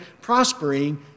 prospering